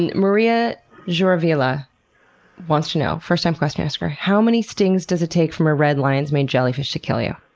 and maria jouravleva wants to know, first-time question-asker how many stings does it take from a red lion's mane jellyfish to kill you?